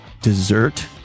dessert